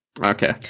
Okay